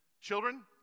Children